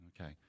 Okay